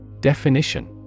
Definition